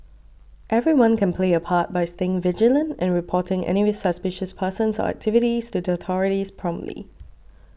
everyone can play a part by staying vigilant and reporting any suspicious persons or activities to the authorities promptly